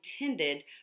intended